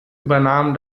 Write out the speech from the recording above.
übernahmen